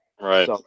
right